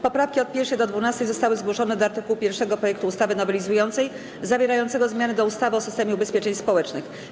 Poprawki od 1. do 12. zostały zgłoszone do art. 1 projektu ustawy nowelizującej zawierającego zmiany do ustawy o systemie ubezpieczeń społecznych.